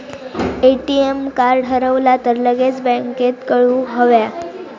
ATM card हरवला तर लगेच बँकेत कळवुक हव्या